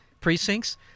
precincts